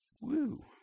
Woo